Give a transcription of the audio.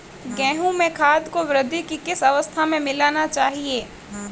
गेहूँ में खाद को वृद्धि की किस अवस्था में मिलाना चाहिए?